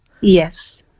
Yes